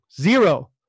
zero